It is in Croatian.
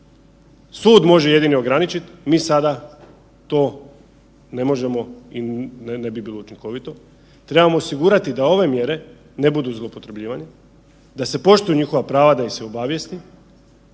Sud može jedino ograničit, mi sada to ne možemo i ne bi bilo učinkovito, trebamo osigurati da ove mjere ne budu zloupotrebljivane, da se poštuju njihova prava da ih se obavijesti